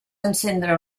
encendre